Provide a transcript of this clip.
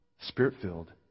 spirit-filled